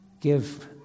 give